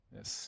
Yes